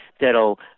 that'll